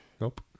Nope